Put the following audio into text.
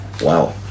Wow